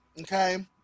okay